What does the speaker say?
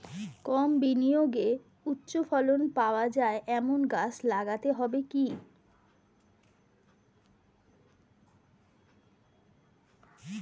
কম বিনিয়োগে উচ্চ ফলন পাওয়া যায় এমন গাছ লাগাতে হবে কি?